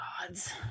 gods